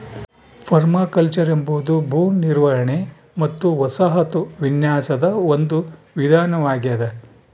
permaculture ಎಂಬುದು ಭೂ ನಿರ್ವಹಣೆ ಮತ್ತು ವಸಾಹತು ವಿನ್ಯಾಸದ ಒಂದು ವಿಧಾನವಾಗೆದ